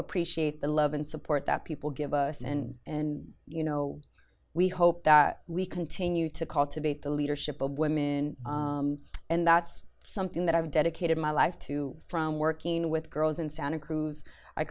appreciate the love and support that people give us and and you know we hope that we continue to cultivate the leadership of women and that's something that i've dedicated my life to from working with girls in santa cruz i